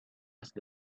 asked